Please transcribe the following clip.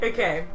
Okay